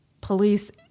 Police